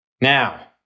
Now